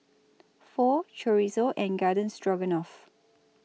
Pho Chorizo and Garden Stroganoff